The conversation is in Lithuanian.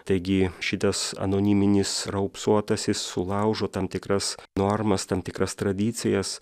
taigi šitas anoniminis raupsuotasis sulaužo tam tikras normas tam tikras tradicijas